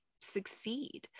succeed